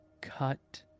cut